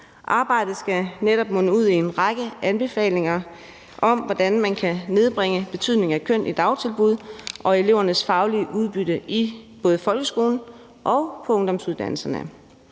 Arbejdet skal netop munde ud i en række anbefalinger til, hvordan man kan nedbringe betydningen af køn i dagtilbud og i forhold til elevernes faglige udbytte i både folkeskolen og på ungdomsuddannelserne.